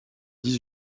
dix